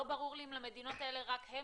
לא ברור לי אם למדינות האלה רק הם